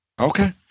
Okay